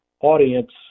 audience